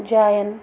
جایَن